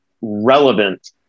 relevant